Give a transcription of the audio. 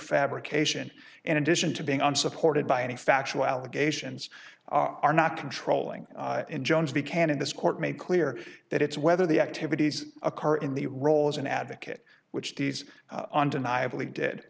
fabrication in addition to being unsupported by any factual allegations are not controlling in jones the can in this court made clear that it's whether the activities a car in the role as an advocate which these undeniably did